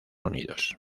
unidos